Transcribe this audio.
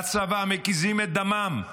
הולכים לצבא, מקיזים את דמם.